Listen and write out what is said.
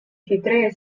hitreje